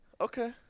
Okay